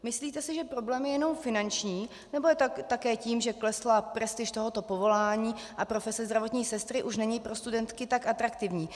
Myslíte si, že problém je jenom finanční, nebo je to také tím, že klesla prestiž tohoto povolání a profese zdravotní sestry už není pro studentky tak atraktivní?